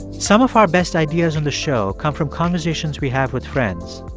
some of our best ideas on the show come from conversations we have with friends.